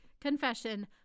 confession